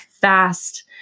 fast